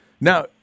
Now